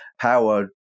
power